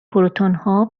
پروتونها